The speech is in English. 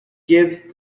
gives